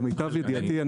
למיטב ידיעתי,